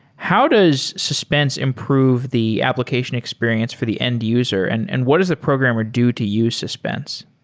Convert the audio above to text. how does suspense improve the application experience for the end-user and and what does the programmer do to use suspense?